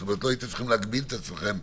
שם נערכה היוועצות נכונה.